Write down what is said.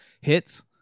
hits